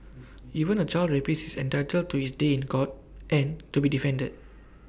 even A child rapist is entitled to his day in court and to be defended